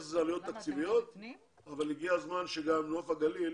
יש לזה עלויות תקציביות אבל הגיע הזמן שגם נוף הגליל